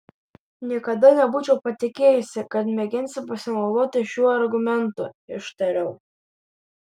niekada nebūčiau patikėjusi kad mėginsi pasinaudoti šiuo argumentu ištariau